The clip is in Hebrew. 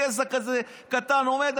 גזע כזה קטן עומד,